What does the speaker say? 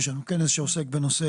יש לנו עוד כנס שעוסק בנושא